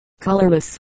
colorless